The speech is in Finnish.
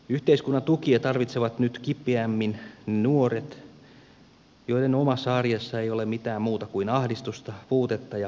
yhteiskunnan tukia tarvitsevat nyt kipeämmin nuoret joiden omassa arjessa ei ole mitään muuta kuin ahdistusta puutetta ja pelkoa